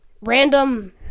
random